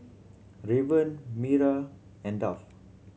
Raven me and Duff